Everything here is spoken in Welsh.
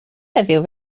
heddiw